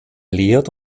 lehrt